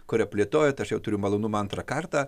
kurią plėtojot aš jau turiu malonumą antrą kartą